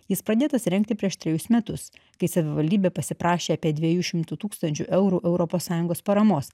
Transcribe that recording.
jis pradėtas rengti prieš trejus metus kai savivaldybė pasiprašė apie dviejų šimtų tūkstančių eurų europos sąjungos paramos